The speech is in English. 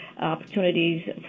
opportunities